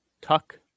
Tuck